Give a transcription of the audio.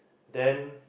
then